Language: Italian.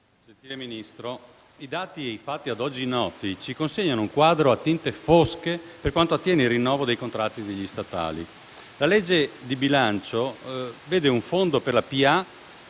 Ministro, i dati e i fatti ad oggi noti ci consegnano un quadro a tinte fosche per quanto attiene il rinnovo dei contratti degli statali. La legge di bilancio vede il Fondo per la